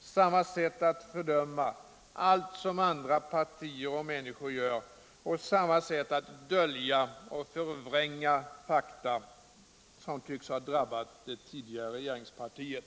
samma sätt att fördöma allt som andra människor och partier gör och samma sätt att dölja och förvränga fakta som tycks ha drabbat det tidigare regeringspartiet.